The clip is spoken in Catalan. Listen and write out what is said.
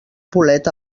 bolet